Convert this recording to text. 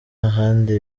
ahandi